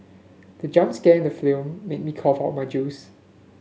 the jump scare in the film made me cough out my juice